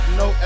no